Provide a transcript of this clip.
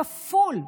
כפול.